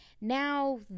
now